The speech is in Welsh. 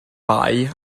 bai